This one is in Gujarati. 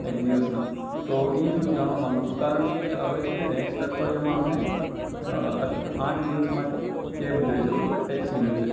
એક દિવસના તો એ જ હું જાણવા માગુ છું કારણ કે હવે છે ને નૅક્સ્ટ અઠવાડિયામાં અમને અઠ આઠ દિવસ માટે કેબ જોઈશે બરાબર ટેક્સી જોઈશે